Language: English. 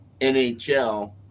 nhl